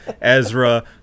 Ezra